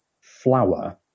flower